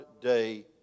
day